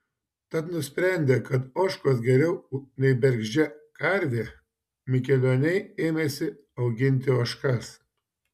tad nusprendę kad ožkos geriau nei bergždžia karvė mikelioniai ėmėsi auginti ožkas